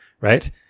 right